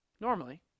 Normally